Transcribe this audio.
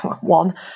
one